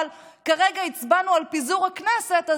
כרגע הצבענו על פיזור הכנסת,